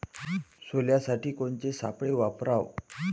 सोल्यासाठी कोनचे सापळे वापराव?